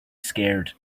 scared